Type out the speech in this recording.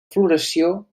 floració